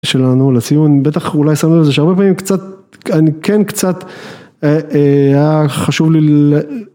שלנו לציון, בטח אולי שמנו לזה שהרבה פעמים קצת, אני כן קצת, היה חשוב לי.